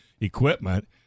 equipment